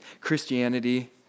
Christianity